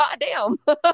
goddamn